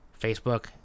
Facebook